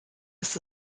ist